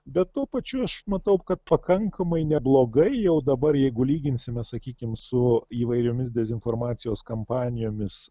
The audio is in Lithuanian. bet tuo pačiu aš matau kad pakankamai neblogai jau dabar jeigu lyginsime sakykim su įvairiomis dezinformacijos kampanijomis